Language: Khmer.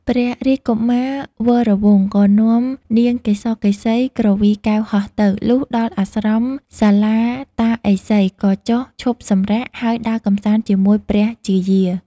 ព្រះរាជកុមារវរវង្ស ក៏នាំនាងកេសកេសីគ្រវីកែវហោះទៅ លុះដល់អាស្រមសាលាតាឥសី ក៏ចុះឈប់សម្រាក ហើយដើរកម្សាន្តជាមួយព្រះជាយា។